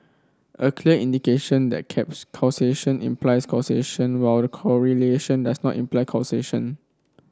a clear indication that caps causation implies causation while correlation does not imply causation